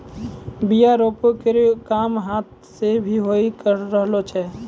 बीया रोपै केरो काम हाथ सें भी होय रहलो छै